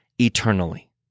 eternally